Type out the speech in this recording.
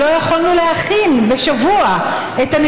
לנו לא להיות מופתעים יותר בקטע צבאי או